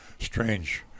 strange